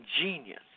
genius